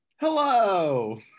Hello